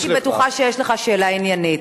הייתי בטוחה שיש לך שאלה עניינית.